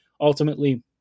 ultimately